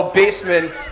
basement